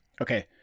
okay